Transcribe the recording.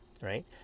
right